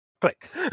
Click